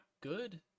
good